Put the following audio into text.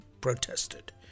protested